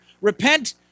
Repent